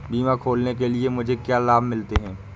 बीमा खोलने के लिए मुझे क्या लाभ मिलते हैं?